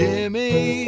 Jimmy